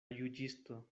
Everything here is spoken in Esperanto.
juĝisto